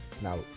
now